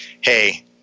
Hey